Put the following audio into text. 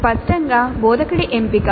స్పష్టంగా బోధకుడి ఎంపిక